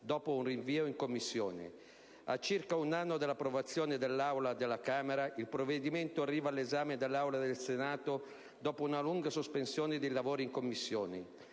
dopo un rinvio in Commissione. A circa un anno dall'approvazione da parte dell'Aula della Camera, il provvedimento arriva all'esame dell'Aula del Senato, dopo una lunga sospensione dei lavori in Commissione.